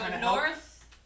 north